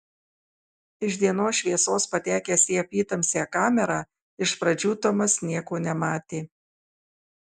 iš dienos šviesos patekęs į apytamsę kamerą iš pradžių tomas nieko nematė